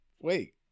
wait